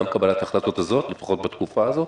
גם קבלת החלטות הזאת, לפחות בתקופה הזאת?